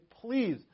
please